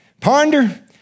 Ponder